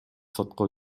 сотко